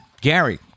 Gary